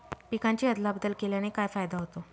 पिकांची अदला बदल केल्याने काय फायदा होतो?